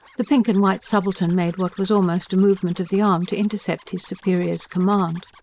the pink and white subaltern made what was almost a movement of the arm to intercept his superior's command.